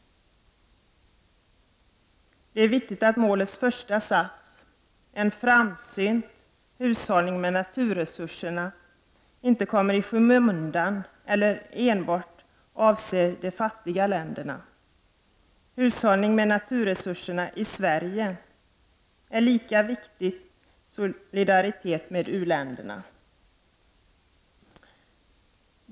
Det är viktigt att den första satsen i det här målet, om en framsynt hushållning med naturresurserna, inte kommer i skymundan eller enbart avser fattiga länder. Hushållning med naturresurserna i Sverige är lika viktigt som något annat när det gäller att visa solidaritet med u-länderna.